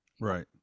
Right